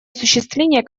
осуществление